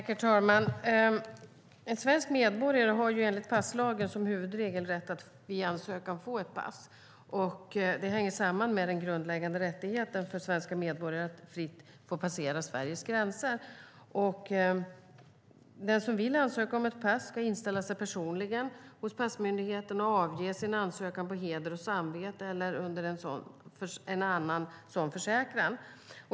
Herr talman! En svensk medborgare har enligt passlagen som huvudregel rätt att vid ansökan få ett pass. Det hänger samman med den grundläggande rättigheten för svenska medborgare att fritt få passera Sveriges gränser. Den som vill ansöka om ett pass får inställa sig personligen hos passmyndigheten och avge sin ansökan på heder och samvete eller en annan sådan försäkran.